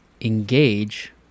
engage